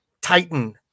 Titan